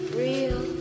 real